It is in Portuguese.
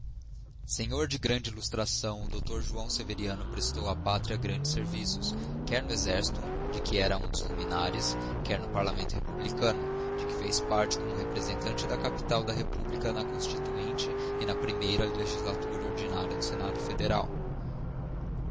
senhor de grande illustração o dr joão severiano prestou á pátria grandes serviços quer no exercito de que era um dos luminares quer no parlamento republicano de que fez parte como representante da capital da republica na constituinte e na pnmeira legislatura ordinária no senado federal